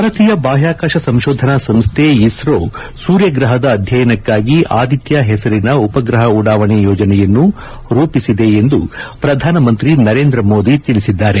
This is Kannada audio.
ಭಾರತೀಯ ಬಾಹ್ಯಾಕಾಶ ಸಂಶೋಧನಾ ಸಂಸ್ಥೆ ಇಸ್ರೋ ಸೂರ್ಯಗ್ರಹದ ಅಧ್ಯಯನಕ್ಕಾಗಿ ಆದಿತ್ಯ ಹೆಸರಿನ ಉಪಗ್ರಹ ಉಡಾವಣೆ ಯೋಜನೆಯನ್ನು ರೂಪಿಸಿದೆ ಎಂದು ಪ್ರಧಾನಮಂತ್ರಿ ನರೇಂದ್ರ ಮೋದಿ ತಿಳಿಸಿದ್ದಾರೆ